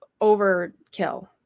overkill